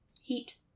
heat